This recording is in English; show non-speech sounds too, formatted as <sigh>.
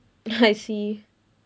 <laughs> I see